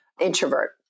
introvert